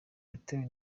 yatewe